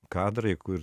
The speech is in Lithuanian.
kadrai kur